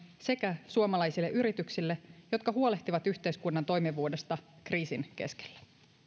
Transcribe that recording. sekä suomalaisille yrityksille jotka huolehtivat yhteiskunnan toimivuudesta kriisin keskellä